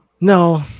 no